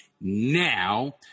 now